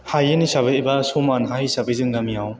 हायेन हिसाबै एबा समान हा हिसाबै जों गामियाव